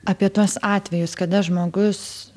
apie tuos atvejus kada žmogus